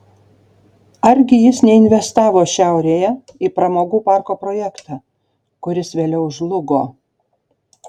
argi jis neinvestavo šiaurėje į pramogų parko projektą kuris vėliau žlugo